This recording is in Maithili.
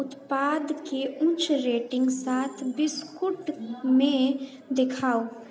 उत्पादके उच्च रेटिङ्ग साथ बिस्कुटमे देखाउ